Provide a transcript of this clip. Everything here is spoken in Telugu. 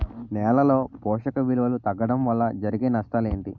నేలలో పోషక విలువలు తగ్గడం వల్ల జరిగే నష్టాలేంటి?